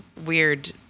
weird